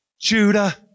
Judah